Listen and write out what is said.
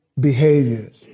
behaviors